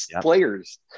players